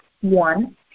one